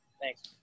Thanks